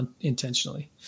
intentionally